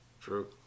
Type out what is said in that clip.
True